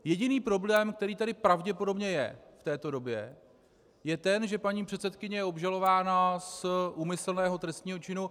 Jediný problém, který tady pravděpodobně je v této době, je ten, že paní předsedkyně je obžalována z úmyslného trestného činu.